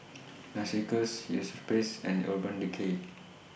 Narcissus Europace and Urban Decay